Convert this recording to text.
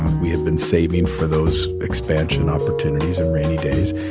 we had been saving for those expansion opportunities and rainy days.